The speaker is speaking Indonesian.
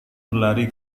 berlari